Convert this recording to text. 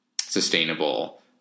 sustainable